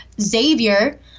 Xavier